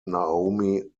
naomi